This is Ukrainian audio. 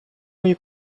мої